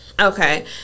Okay